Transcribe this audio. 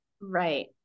Right